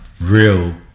real